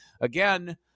Again